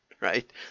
right